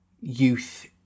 youth